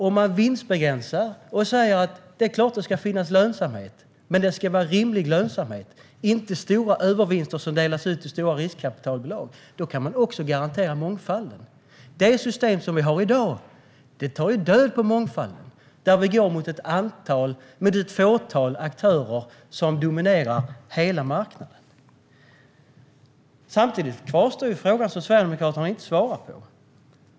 Om man vinstbegränsar och säger att det är klart att det ska finnas lönsamhet men att det ska vara rimlig lönsamhet, inte stora övervinster som delas ut till stora riskkapitalbolag, kan man också garantera mångfalden. Det system som vi har i dag tar död på mångfalden. Vi går mot ett fåtal aktörer som dominerar hela marknaden. Samtidigt kvarstår frågan som Sverigedemokraterna inte svarar på.